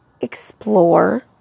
explore